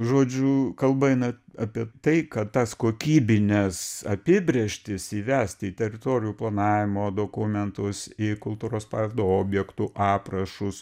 žodžiu kalba eina apie tai kad tas kokybines apibrėžtis įvesti į teritorijų planavimo dokumentus į kultūros paveldo objektų aprašus